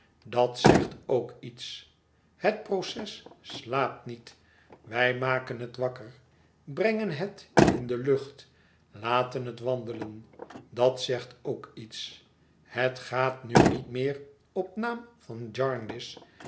dat zégt ook iets het proces slaapt niet wij maken het wakker brengen het in de lucht laten het wandelen dat zegt ook iets het gaat nu niet meer op naam van